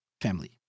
Family